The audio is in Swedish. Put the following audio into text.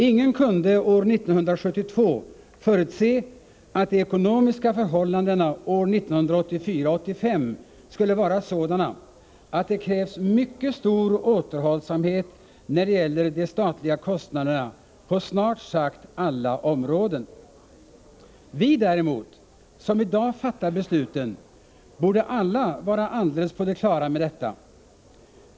Ingen kunde år 1972 förutse att de ekonomiska förhållandena 1984/85 skulle vara sådana, att det krävs mycket stor återhållsamhet när det gäller de statliga kostnaderna på snart sagt alla områden. Vi däremot, som i dag fattar besluten, borde alla vara alldeles på det klara med detta.